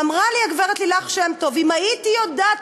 אמרה לי הגברת לילך שם טוב: אם הייתי יודעת